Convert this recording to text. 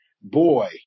boy